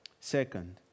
Second